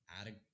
add